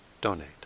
donate